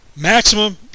maximum